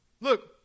Look